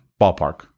Ballpark